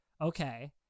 okay